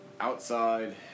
outside